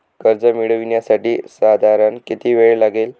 कर्ज मिळविण्यासाठी साधारण किती वेळ लागेल?